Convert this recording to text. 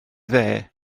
dde